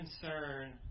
concern